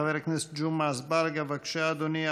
חבר הכנסת ג'מעה אזברגה, בבקשה, אדוני.